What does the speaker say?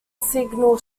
signal